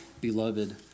beloved